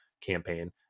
campaign